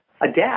adapt